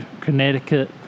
Connecticut